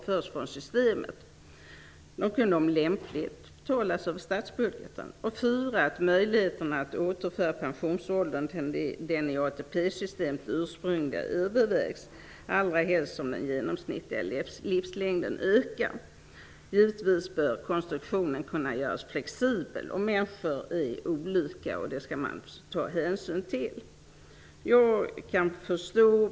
För det fjärde att möjligheterna att återföra pensionsåldern till den i ATP-systemet ursprungliga övervägs, allra helst som den genomsnittliga livslängden ökar. Givetvis bör konstruktionen kunna göras flexibel. Människor är olika, och det skall man ta hänsyn till.